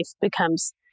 becomes